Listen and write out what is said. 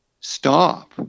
Stop